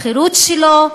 החירות שלו,